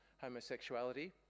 homosexuality